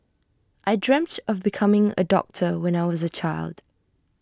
I dreamt of becoming A doctor when I was A child